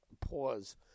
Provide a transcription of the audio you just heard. pause